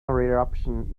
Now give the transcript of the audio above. eruption